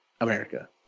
America